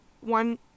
one